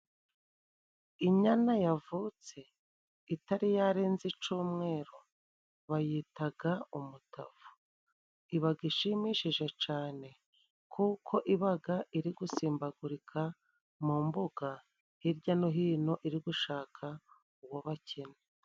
Inyana yavutse itari yarenza icumweru bayitaga "umutavu" ibagishimishije cane kuko ibaga iri gusimbagurika mu mbuga hirya no hino iri gushaka ubuhake.